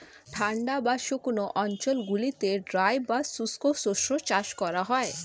ঠান্ডা বা শুকনো অঞ্চলগুলিতে ড্রাই বা শুষ্ক শস্য চাষ করা হয়